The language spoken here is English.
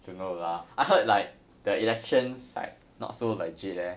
I don't know lah I heard like the elections like not so legit leh